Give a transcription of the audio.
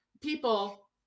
people